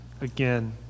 again